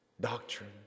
doctrine